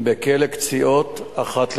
בכלא "קציעות" אחת לחודש,